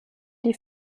die